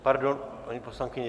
Pardon, paní poslankyně.